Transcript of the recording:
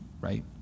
Right